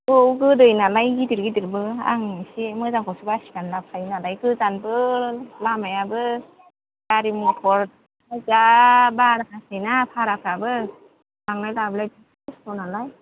औ गोदै नालाय गिदिर गिदिरबो आं एसे मोजांखौसो बासिनानै लाबोखायो नालाय गोजानबो लामायाबो गारि मटर जा बाराथारसै ना भाराफ्राबो लांलाय लाबोलाय खस्त' नालाय